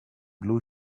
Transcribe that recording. blue